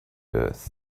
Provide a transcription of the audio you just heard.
earth